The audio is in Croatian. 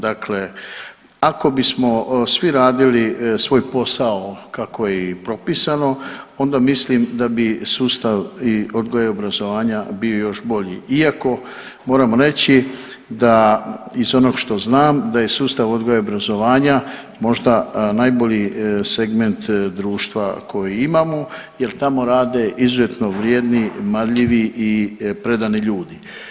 Dakle, ako bismo svi radili svoj posao kako je i propisano, onda mislim da bi sustav i odgoja i obrazovanja bio još bolji, iako moram reći da iz onog što znam da je sustav odgoja i obrazovanja možda najbolji segment društva koji imamo jer tamo rade izuzetno vrijedni, marljivi i predani ljudi.